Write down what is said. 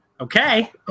okay